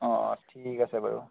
অ অ ঠিক আছে বাৰু